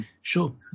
Sure